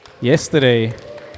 yesterday